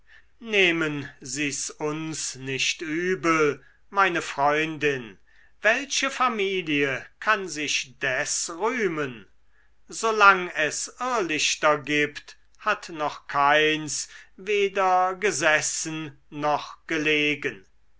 nehmen sie's uns nicht übel meine freundin welche familie kann sich des rühmen solang es irrlichter gibt hat noch keins weder gesessen noch gelegen